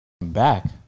back